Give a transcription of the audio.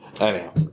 Anyhow